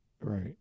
right